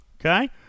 Okay